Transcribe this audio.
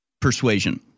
persuasion